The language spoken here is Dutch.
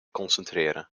concentreren